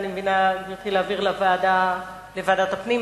אני מבינה שאת מציעה להעביר לוועדת הפנים.